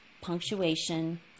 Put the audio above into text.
punctuation